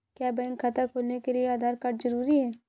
क्या बैंक खाता खोलने के लिए आधार कार्ड जरूरी है?